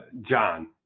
John